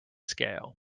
scale